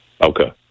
Okay